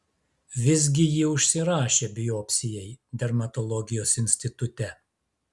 visgi ji užsirašė biopsijai dermatologijos institute